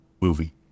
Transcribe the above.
movie